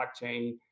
blockchain